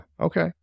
Okay